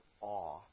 awe